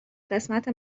قسمت